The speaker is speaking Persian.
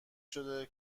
شده